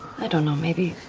i don't know, maybe